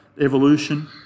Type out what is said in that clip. evolution